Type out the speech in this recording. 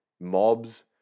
Mobs